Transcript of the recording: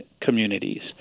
communities